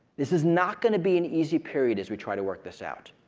this is not going to be an easy period as we try to work this out.